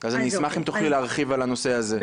אז אני אשמח אם תוכלי להרחיב בנושא הזה.